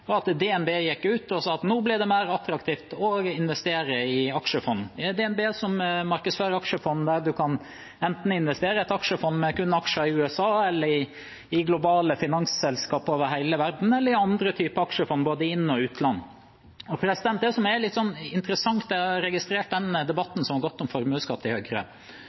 at DNB gikk ut og sa at nå blir det mer attraktivt å investere i aksjefond. Det er DNB som markedsfører aksjefond, der man enten kan investere i et aksjefond med aksjer kun i USA, i globale finansselskap over hele verden, eller i andre typer aksjefond, både i inn- og utland. Jeg har registrert den debatten som har gått om formuesskatt i Høyre, og det som er litt interessant, er at med den